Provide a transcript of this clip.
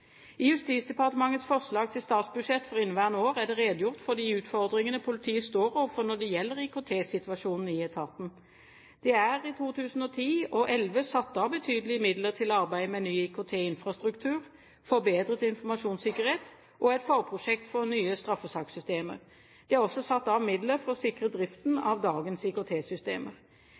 I Justisdepartementets forslag til statsbudsjett for inneværende år er det redegjort for de utfordringene politiet står overfor når det gjelder IKT-situasjonen i etaten. Det er i 2010 og 2011 satt av betydelige midler til arbeidet med ny IKT-infrastruktur, forbedret informasjonssikkerhet og et forprosjekt for nye straffesakssystemer. Det er også satt av midler for å sikre driften av dagens